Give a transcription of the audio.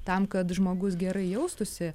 tam kad žmogus gerai jaustųsi